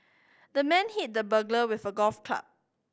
the man hit the burglar with a golf club